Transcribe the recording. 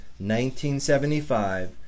1975